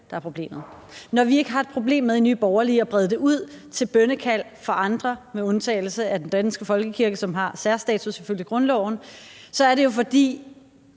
der er problemet. Når vi ikke har et problem i Nye Borgerlige med at brede det ud til bønnekald fra andre med undtagelse af den danske folkekirke, som har særstatus ifølge grundloven, er det jo, fordi